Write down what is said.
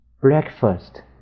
breakfast